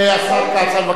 השר כץ, אני מבקש ממך.